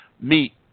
meet